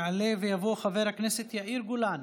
יעלה ויבוא חבר הכנסת יאיר גולן,